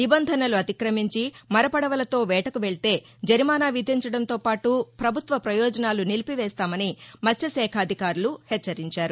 నిబంధనలు అతిక్రమించి మర పదవలతో వేటకు వెక్తే జరిమానా విధించడంతో పాటు పభుత్వ పయోజనాలు నిలివివేస్తామని మత్స్యశాఖ అధికారులు హెచ్చరించారు